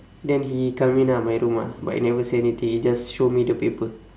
then he come in ah my room ah but he never say anything he just show me the paper